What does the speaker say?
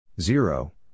Zero